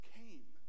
came